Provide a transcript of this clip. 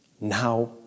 now